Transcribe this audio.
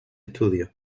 estudio